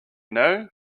know